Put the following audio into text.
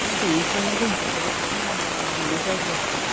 मोसौनिफ्रायनो जों बुहुद मुलाम्फा मोननाय जायो आरो